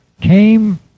came